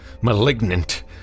malignant